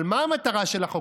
אבל מה המטרה של החוק?